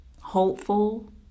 hopeful